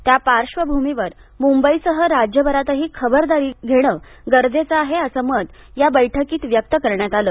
त्या पार्श्वभूमीवर मुंबईसह राज्यभरातही खबरदारी घेणं गरजेचं आहे असं मत या बैठकीत व्यक्त करण्यात आलं